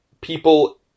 people